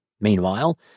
Meanwhile